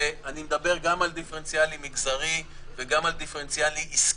ואחרי זה אני רוצה לנצל את העובדה שסגן השר נמצא כאן כדי לומר משהו.